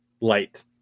light